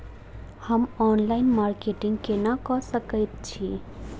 हम online marketing केना कऽ सकैत छी?